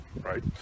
right